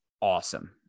awesome